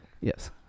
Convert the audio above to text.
yes